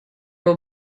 will